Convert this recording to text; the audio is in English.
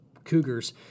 Cougars